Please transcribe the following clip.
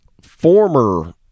Former